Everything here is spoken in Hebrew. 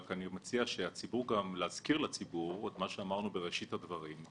רק אני מציע להזכיר לציבור את מה שאמרנו בראשית הדברים,